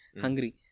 hungry